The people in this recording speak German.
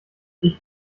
ich